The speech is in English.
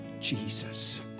Jesus